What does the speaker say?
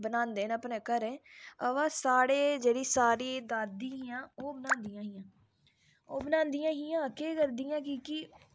ते इ'यां गै छोटियां पलेटां होइयां जि'यां बड्डियां पलेटां होइयां रोट्टी खाने आह्लियां छोटियां जि'यां मतलब कुसै पकोड़े शकोड़े पाई देने बास्तै होई गे